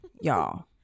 y'all